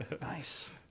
Nice